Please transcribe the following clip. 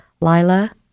Lila